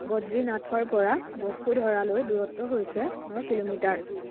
বদ্ৰীনাথৰপৰা বসুধৰালৈ দূৰত্ব হৈছে ন কিলোমিটাৰ